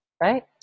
Right